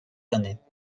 années